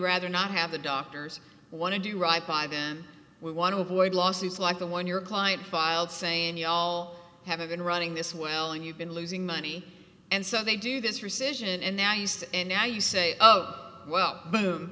rather not have the doctors want to do right by them we want to avoid lawsuits like the one your client filed saying y'all have been running this well and you've been losing money and so they do this rescission and now you and now you say oh well